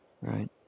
Right